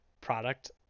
product